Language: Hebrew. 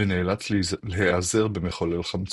ונאלץ להיעזר במחולל חמצן.